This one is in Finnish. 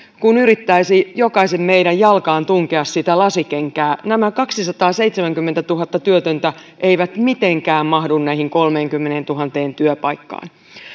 kuin yrittäisi jokaisen meidän jalkaan tunkea sitä lasikenkää nämä kaksisataaseitsemänkymmentätuhatta työtöntä eivät mitenkään mahdu näihin kolmeenkymmeneentuhanteen työpaikkaan